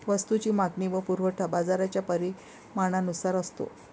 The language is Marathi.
वस्तूची मागणी व पुरवठा बाजाराच्या परिणामानुसार असतो